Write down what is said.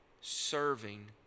serving